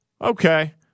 Okay